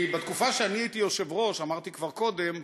כי בתקופה שאני הייתי יושב-ראש, אמרתי כבר קודם,